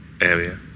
area